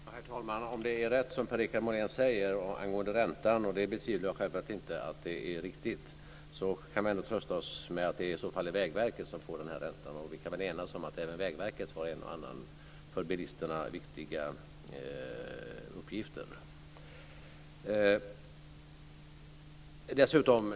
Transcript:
Herr talman! Om det är rätt som Per-Richard Molén säger angående räntan, och det betvivlar jag självklart inte, kan vi ändå trösta oss med att det i så fall är Vägverket som får räntan. Vi kan väl enas om att även Vägverket har en och annan för bilisterna viktig uppgift.